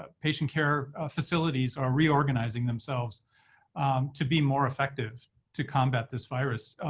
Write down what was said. ah patient care facilities are reorganizing themselves to be more effective to combat this virus.